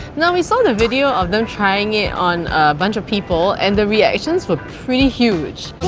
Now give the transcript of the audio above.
now we saw the video of them trying it on a bunch of people and the reactions were pretty huge.